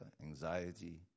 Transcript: anxiety